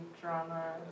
drama